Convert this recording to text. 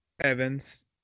Evans